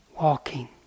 walking